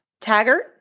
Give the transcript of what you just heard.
Taggart